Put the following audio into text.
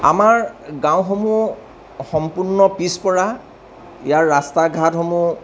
আমাৰ গাঁওসমূহ সম্পূৰ্ণ পিছ পৰা ইয়াৰ ৰাস্তা ঘাটসমূহ